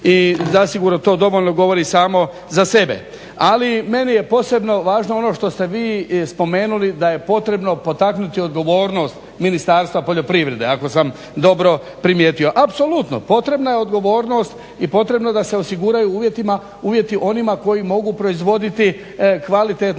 i zasigurno to dovoljno govori samo za sebe. Ali meni je posebno važno ono što ste vi spomenuli da je potrebno potaknuti odgovornost Ministarstva poljoprivrede, ako sam dobro primijetio. Apsolutno, potrebna je odgovornost i potrebno je da se osiguraju uvjeti onima koji mogu proizvoditi kvalitetnu hranu